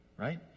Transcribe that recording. right